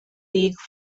league